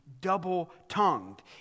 double-tongued